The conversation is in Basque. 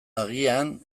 agian